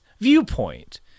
viewpoint